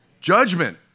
Judgment